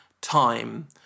time